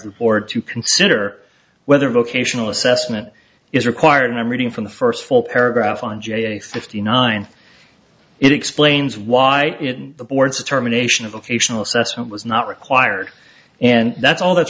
board to consider whether vocational assessment is required and i'm reading from the first full paragraph on j fifty nine it explains why the board's determination of a functional assessment was not required and that's all that's